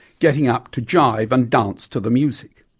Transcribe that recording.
getting up to jive and dance to the music.